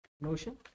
motion